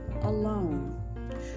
alone